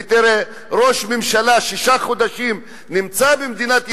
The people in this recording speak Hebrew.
ותראה, ראש ממשלה שישה חודשים נמצא במדינת ישראל,